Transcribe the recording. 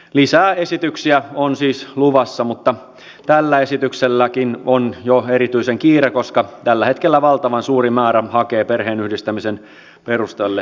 lisää esityksiä on siis luvassa mutta tällä esitykselläkin on jo erityisen kiire koska tällä hetkellä valtavan suuri määrä ihmisiä hakee perheenyhdistämisen perusteella suomeen